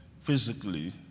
physically